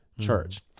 Church